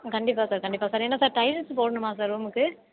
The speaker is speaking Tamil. கண்டிப்பாக சார் கண்டிப்பாக சார் கண்டிப்பாக என்ன சார் டைல்ஸ் போடணுமா சார் ரூமுக்கு